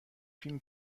فیلم